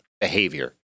behavior